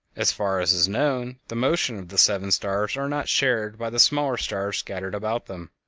as far as is known, the motion of the seven stars are not shared by the smaller stars scattered about them,